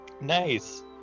Nice